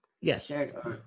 Yes